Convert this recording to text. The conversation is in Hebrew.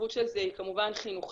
החשיבות של זה היא כמובן חינוכית